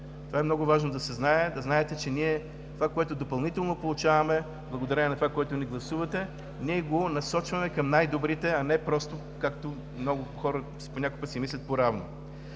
Това е много важно да се знае – да знаете, че това, което допълнително получаваме, благодарение на това, което ни гласувате, ние го насочваме към най-добрите, а не просто, както много хора понякога си мислят, поравно.